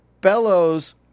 Bellows